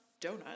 donut